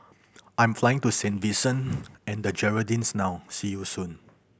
I'm flying to Saint Vincent and the Grenadines now see you soon